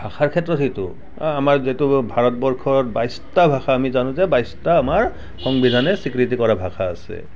ভাষাৰ ক্ষেত্ৰত সেইটো আমাৰ যিটো ভাৰতবৰ্ষৰ বাইছটা ভাষা আমি জানো যে বাইছটা আমাৰ সংবিধানে স্বীকৃতি দিয়া ভাষা আছে